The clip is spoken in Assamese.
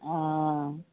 অঁ